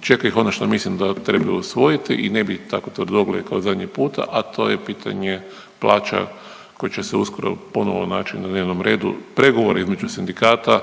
čeka ih ono što mislim da bi trebalo usvojiti i ne biti tako tvrdoglavi kao zadnji puta, a to je pitanje plaća koje će se uskoro ponovno naći na dnevnom redu. Pregovori između Sindikata